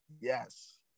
Yes